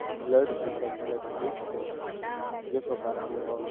ବ୍ଲଡ଼୍କୁ circulate ଭଲସେ କରିପାରିବ ଯେ ପ୍ରକାର ଆମର